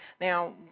now